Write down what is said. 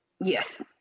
Yes